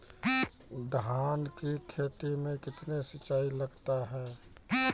धान की खेती मे कितने सिंचाई लगता है?